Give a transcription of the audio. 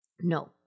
No